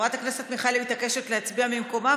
חברת הכנסת מיכאלי מתעקשת להצביע ממקומה,